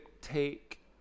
take